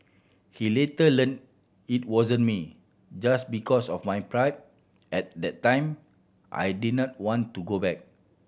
he later learn it wasn't me just because of my pride at the time I didn't want to go back